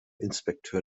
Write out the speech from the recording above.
inspekteur